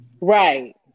Right